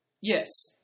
Yes